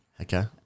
Okay